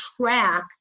track